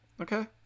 Okay